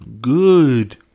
good